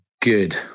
good